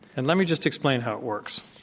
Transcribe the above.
and let me just explain how it works.